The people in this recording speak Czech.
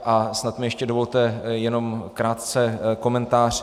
A snad mi ještě dovolte jenom krátce komentář.